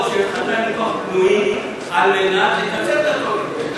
שחדרי הניתוח פנויים על מנת לקצר את התורים.